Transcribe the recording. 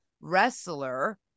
wrestler